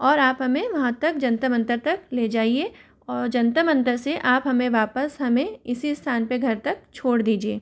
और आप हमें वहाँ तक जंतर मंतर तक ले जाइए और जंतर मंतर से आप हमें वापस हमें इसी स्थान पर घर तक छोड़ दीजिए